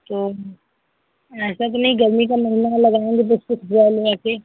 तो ऐसा तो नहीं गर्मी का महीना है लगाएँगे तो सूख जाए वह ऐसे